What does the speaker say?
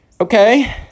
okay